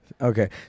Okay